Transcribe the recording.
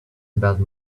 about